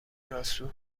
راسو